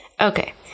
Okay